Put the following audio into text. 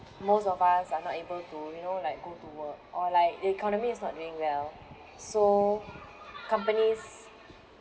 most of us are not able to you know like go to work or like the economy is not doing well so companies